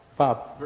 bob?